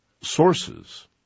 sources